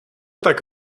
tak